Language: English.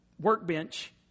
Workbench